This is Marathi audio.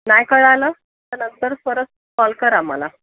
नाय कळालं तर नंतर परत कॉल करा मला